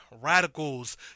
radicals